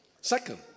Second